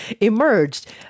emerged